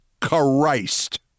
Christ